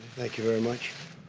thank you very much.